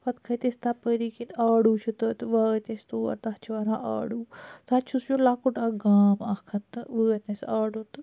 پَتہ کھٔتۍ أسۍ تَپٲری کِنۍ آڈو چھ تہِ وٲت أسۍ تور تَتھ چھ واناں آڈو تَتہِ چھ سُہ لَکُٹ اَکھ گام اَکھ تہٕ وٲتۍ أسۍ آڈو تہٕ